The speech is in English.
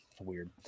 Weird